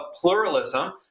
pluralism